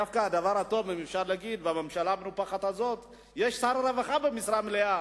דווקא אפשר להגיד שבממשלה המנופחת הזאת יש שר רווחה במשרה מלאה.